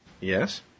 Yes